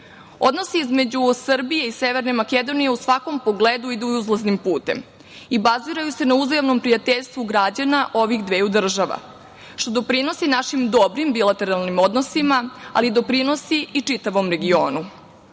između Srbije i Severne Makedonije u svakom pogledu idu uzlaznim putem i baziraju se na uzajamnom prijateljstvu građana ovih dveju država, što doprinosi našim dobrim bilateralnim odnosima, ali doprinosi i čitavom regionu,